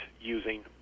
using